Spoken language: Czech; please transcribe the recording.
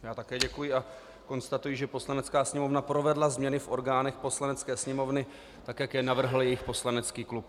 Já také děkuji a konstatuji, že Poslanecká sněmovna provedla změny v orgánech Poslanecké sněmovny tak, jak je navrhl jejich poslanecký klub.